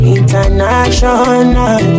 International